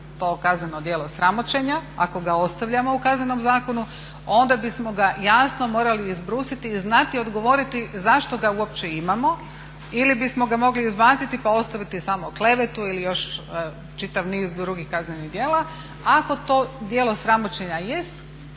to kazneno djelo sramoćenja, ako ga ostavljamo u Kaznenom zakonu, onda bismo ga jasno morali izbrusiti i znati odgovoriti zašto ga uopće imamo ili bismo ga mogli izbaciti pa ostaviti samo klevetu ili još čitav niz drugih kaznenih djela. Ako to djelo sramoćenja jest